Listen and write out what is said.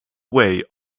way